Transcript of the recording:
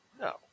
no